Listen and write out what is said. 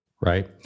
right